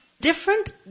different